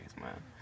man